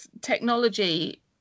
technology